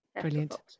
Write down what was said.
Brilliant